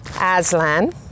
Aslan